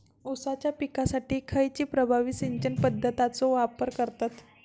ऊसाच्या पिकासाठी खैयची प्रभावी सिंचन पद्धताचो वापर करतत?